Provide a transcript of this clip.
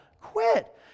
Quit